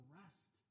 rest